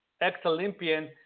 ex-Olympian